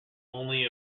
only